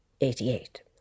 Eighty-eight